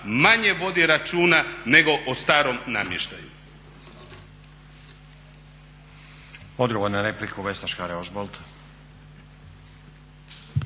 manje vodi računa nego o starom namještaju.